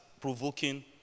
provoking